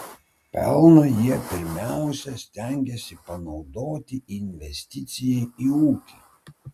pelną jie pirmiausia stengiasi panaudoti investicijai į ūkį